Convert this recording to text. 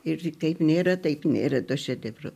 ir kaip nėra taip nėra to šedevro